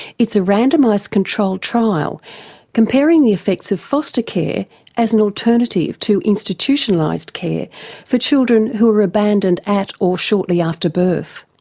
it's a randomised controlled trial comparing the effects of foster care as an alternative to institutionalised care for children who were abandoned at or shortly after birth.